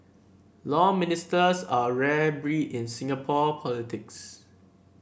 Law Ministers are a rare breed in Singapore politics